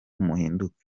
muhinduke